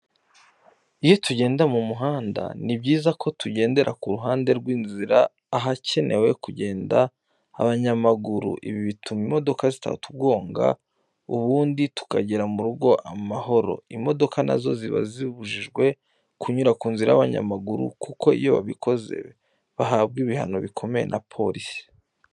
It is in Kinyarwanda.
Iyo tugenda mu muhanda, ni byiza ko tugendera ku ruhande rw’inzira ahagenewe kugenda abanyamaguru, ibi bituma imodoka zitatugonga ubundi tukagera mu rugo amahoro. Imodoka na zo ziba zibujijwe kunyura ku nzira y'abanyamaguru kuko iyo babikoze bahabwa ibihano bikomeye na polisi.